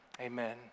amen